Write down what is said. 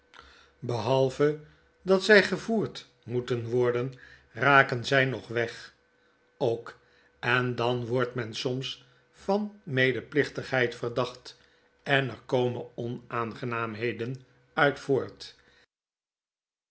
zaken dat zjj gevoerd moeten worden raken zy nog weg ook en dan wordt men soms van medeplichtigheid verdacht en er komen onaangenaamheden uit